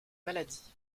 maladies